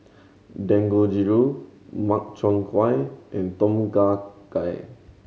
Dangojiru Makchang Gui and Tom Kha Gai